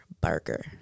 burger